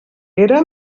era